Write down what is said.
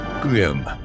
Grim